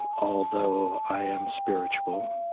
although i am spiritual.